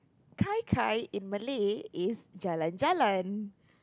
kai kai in Malay is jalan-jalan